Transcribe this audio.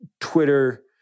Twitter